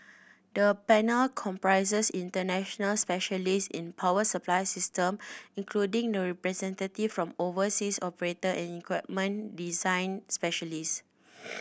the panel comprises international specialist in power supply system including representative from overseas operator and equipment design specialist